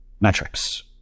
metrics